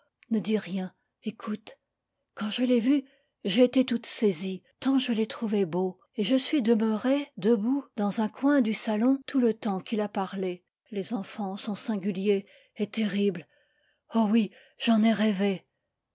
ne dis rien écoute quand je l'ai vu j'ai été toute saisie tant je l'ai trouvé beau et je suis demeurée debout dans un coin du salon tout le temps qu'il a arlé les enfants sont singuliers et terriles oh oui j'en ai rêvé